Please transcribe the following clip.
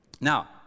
now